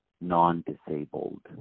non-disabled